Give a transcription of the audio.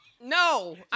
No